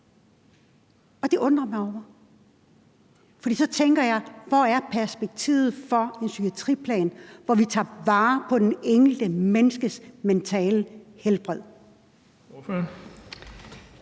Og det undrer jeg mig over. For så tænker jeg, at hvor er perspektivet for en psykiatriplan, hvor vi tager vare på det enkelte menneskes mentale helbred?